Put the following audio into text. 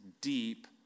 deep